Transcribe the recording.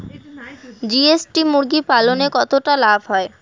GST মুরগি পালনে কতটা লাভ হয়?